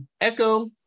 Echo